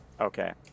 Okay